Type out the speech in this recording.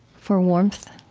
for warmth,